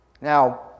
Now